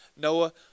Noah